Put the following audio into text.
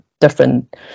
different